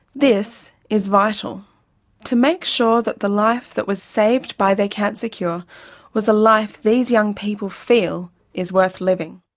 this is vital to make sure that the life that was saved by their cancer cure was a life these young people feel is worth living.